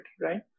right